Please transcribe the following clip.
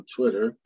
Twitter